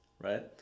Right